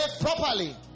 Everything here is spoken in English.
properly